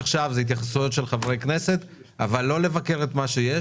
התייחסויות של חברי כנסת אבל לא לבקר את מה שיש